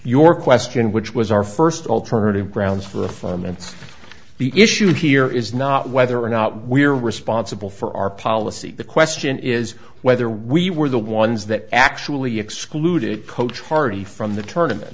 your question which was our first alternative grounds for a farm and the issue here is not whether or not we're responsible for our policy the question is whether we were the ones that actually excluded coach hardy from the tournament